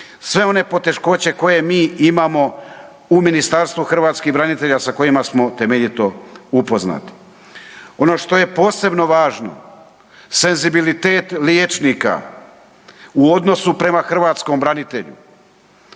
sve one poteškoće koje mi imamo u Ministarstvu hrvatskih branitelja sa kojima smo temeljito upoznati. Ono što je posebno važno, senzibilitet liječnika u odnosu prema hrvatskom branitelju.